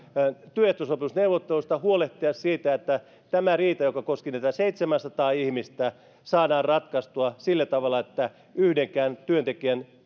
työehtosopimusneuvotteluista ja huolehtia siitä että tämä riita joka koski niitä seitsemääsataa ihmistä saadaan ratkaistua sillä tavalla että yhdenkään työntekijän